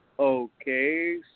Okay